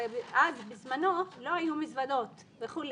הרי אז בזמנו לא היו מזוודות וכו'.